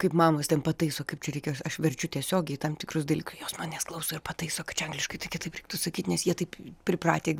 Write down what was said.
kaip mamos ten pataiso kaip čia reikia aš verčiu tiesiogiai tam tikrus dalykus jos manęs klauso ir pataiso kad čia angliškai tai kitai reiktų sakyt nes jie taip pripratę